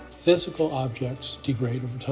physical objects degrade over time.